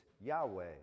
Yahweh